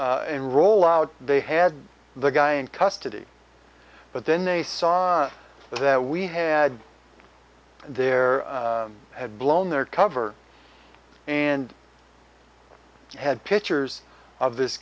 and rollout they had the guy in custody but then they saw that we had there had blown their cover and had pictures of this